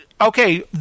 okay